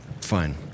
Fine